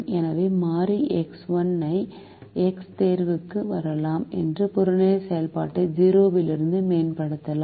எனவே மாறி X1 ஐ x தீர்வுக்கு வரலாம் மற்றும் புறநிலை செயல்பாட்டை 0 இலிருந்து மேம்படுத்தலாம்